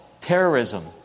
terrorism